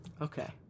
Okay